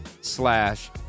slash